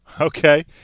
Okay